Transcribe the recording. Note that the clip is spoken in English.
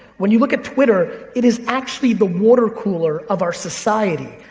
when you look at twitter, it is actually the water cooler of our society.